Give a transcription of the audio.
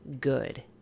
good